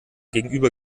gegenüber